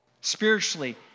Spiritually